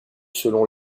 selon